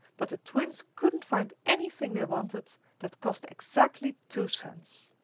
but the twins couldn't find anything they wanted that cost exactly two cents.